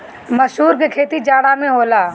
मसूर के खेती जाड़ा में होला